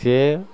ସିଏ